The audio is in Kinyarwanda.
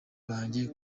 banjye